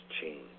change